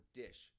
dish